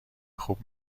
خوب